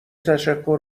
تشکر